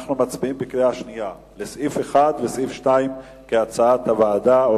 אנחנו מצביעים בקריאה שנייה לסעיף 1 וסעיף 2 כהצעת הוועדה.